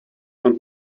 von